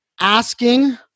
asking